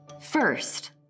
First